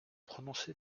prononcé